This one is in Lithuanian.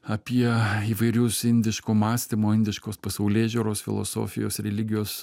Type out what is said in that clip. apie įvairius indiško mąstymo indiškos pasaulėžiūros filosofijos religijos